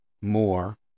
more